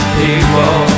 people